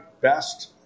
best